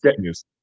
yes